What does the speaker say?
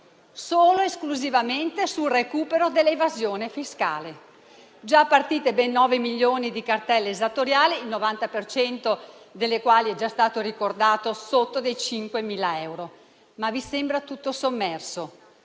Solo ed esclusivamente sul recupero dell'evasione fiscale. Già partite ben 9 milioni di cartelle esattoriali, il 90 per cento delle quali - è già stato ricordato - sotto i 5.000 euro. Ma vi sembra tutto sommerso?